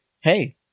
hey